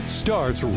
starts